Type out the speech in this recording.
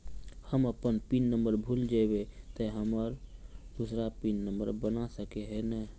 हम अपन pin number भूल जयबे ते हम दूसरा पिन नंबर बना सके है नय?